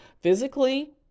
physically